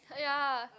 ya